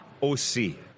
aussi